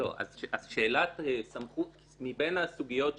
לא, אז מבין הסוגיות שציינתי,